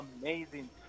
amazing